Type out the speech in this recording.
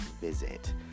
visit